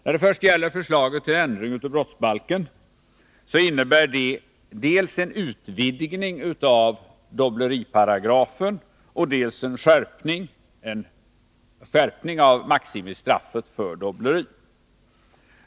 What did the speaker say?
När det först gäller förslaget till ändring av brottsbalken innebär det dels en utvidgning av dobbleriparagrafen, dels en skärpning av maximistraffet för dobbleri.